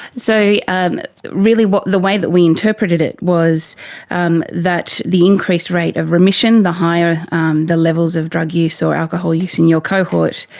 so um really the way that we interpreted it was um that the increased rate of remission, the higher um the levels of drug use or alcohol use in your cohort,